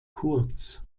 kurz